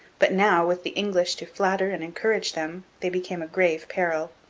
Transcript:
but now, with the english to flatter and encourage them, they became a grave peril.